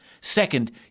Second